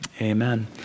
amen